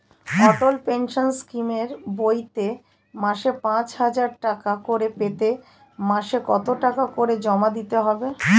অটল pension স্কিমের বইতে মাসে পাঁচ হাজার টাকা করে পেতে মাসে কত টাকা করে জমা দিতে হবে?